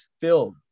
filled